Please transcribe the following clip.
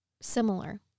similar